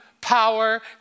power